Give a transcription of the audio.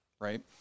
Right